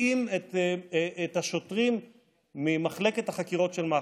שמוציאים את השוטרים ממחלקת החקירות של מח"ש,